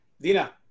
Dina